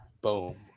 Boom